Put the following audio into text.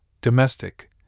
domestic